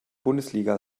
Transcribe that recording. bundesliga